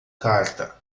carta